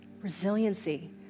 Resiliency